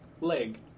leg